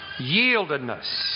Yieldedness